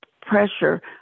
pressure